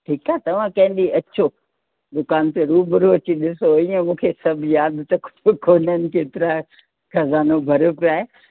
ठीकु आहे तव्हां कंहिं ॾींहुं अचो दुकान ते रूबरू अची ॾिसो इएं मूंखे सभु यादि त कोन कोन्हनि केतिरा आहिनि खज़ानो भरियो पियो आहे